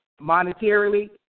monetarily